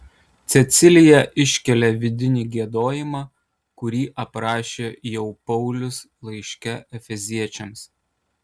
cecilija iškelia vidinį giedojimą kurį aprašė jau paulius laiške efeziečiams